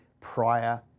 prior